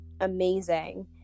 amazing